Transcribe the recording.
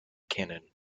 canon